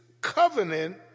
covenant